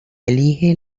elige